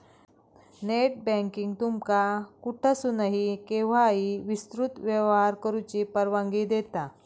net banking तुमका कुठसूनही, केव्हाही विस्तृत व्यवहार करुची परवानगी देता